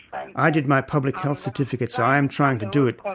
i i did my public health certificate. so i am trying to do it,